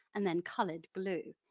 and then coloured blue.